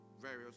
various